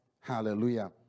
Hallelujah